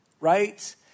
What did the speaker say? right